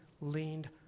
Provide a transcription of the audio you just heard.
leaned